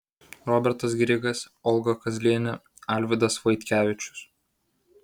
robertas grigas olga kazlienė alvydas vaitkevičius